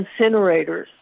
incinerators